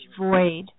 void